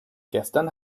gestern